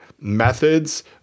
methods